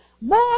More